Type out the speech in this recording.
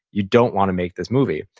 you don't wanna make this movie.